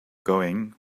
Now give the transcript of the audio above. going